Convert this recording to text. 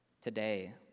today